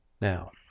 Now